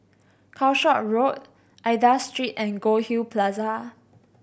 Calshot Road Aida Street and Goldhill Plaza